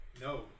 No